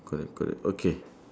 correct correct okay